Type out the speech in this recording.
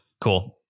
Cool